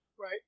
Right